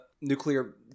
nuclear